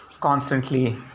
constantly